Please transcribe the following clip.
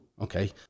okay